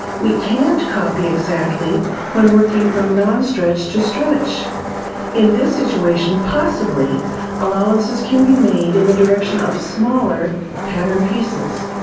we can't copy exactly when working from non stretch to stretch in this situation, possibly allowances can be made in the direction of smaller pattern pieces.